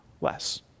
less